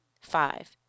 Five